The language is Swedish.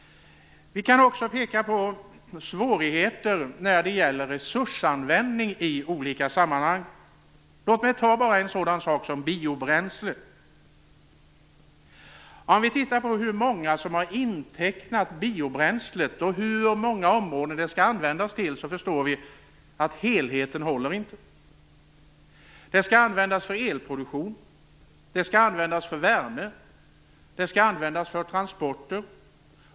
Vi kan också peka på svårigheter när det gäller resursanvändning i olika sammanhang. Låt mig ta bara en sådan sak som biobränsle. Om vi tittar på hur många som har intecknat biobränslet och hur många områden det skall användas till förstår vi att helheten inte håller. Det skall användas för elproduktion, det skall användas för värme och det skall användas för transporter.